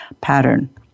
pattern